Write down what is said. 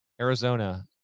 Arizona